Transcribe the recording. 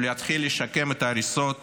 ולהתחיל לשקם את ההריסות